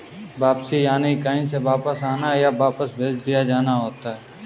वापसी यानि कहीं से वापस आना, या वापस भेज दिया जाना होता है